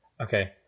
Okay